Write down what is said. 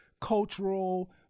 cultural